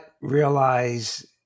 realize